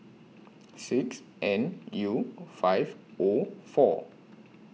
six N U five O four